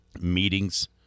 meetings